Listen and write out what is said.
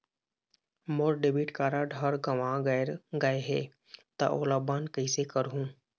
मोर debit card हर गंवा गैर गए हे त ओला बंद कइसे करहूं?